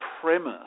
premise